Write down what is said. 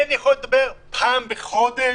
אין יכולת לדבר פעם בחודש,